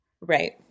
right